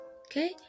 Okay